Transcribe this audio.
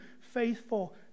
faithful